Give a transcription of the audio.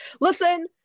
listen